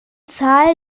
zahl